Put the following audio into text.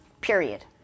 period